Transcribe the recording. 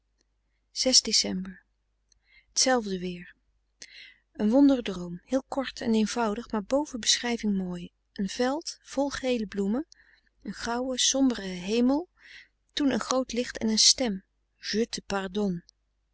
weer een wondere droom heel kort en eenvoudig maar boven beschrijving mooi frederik van eeden van de koele meren des doods een veld vol gele bloemen een grauwe sombere hemel toen een groot licht en een stem